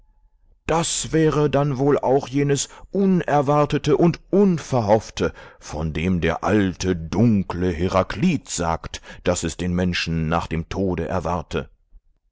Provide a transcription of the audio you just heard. das wäre dann wohl auch jenes unerwartete und unverhoffte von dem der alte dunkle heraklit sagt daß es den menschen nach dem tode erwarte